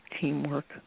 teamwork